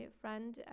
friend